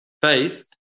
Faith